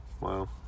wow